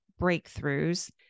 breakthroughs